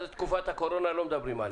זאת תקופת הקורונה ולא מדברים עליה.